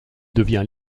devient